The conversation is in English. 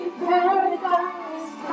paradise